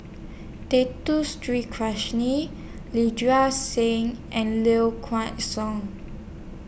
Dato Street Sin and Low Kway Song